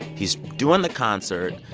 he's doing the concert,